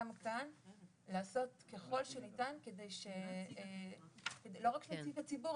גם כאן לעשות ככל שניתן כדי שלא רק נציגי ציבור,